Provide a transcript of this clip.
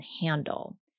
handle